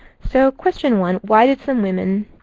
so question one. why did some women,